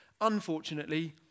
Unfortunately